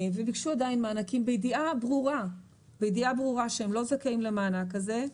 וביקשו עדיין מענקים בידיעה ברורה שהם לא זכאים למענק הזה,